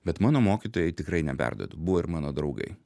bet mano mokytojai tikrai neperdedu buvo ir mano draugai